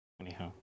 Anyhow